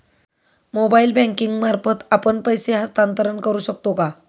Mobile banking मार्फत आपण पैसे हस्तांतरण करू शकतो का?